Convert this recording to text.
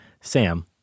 Sam